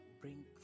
bring